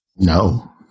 No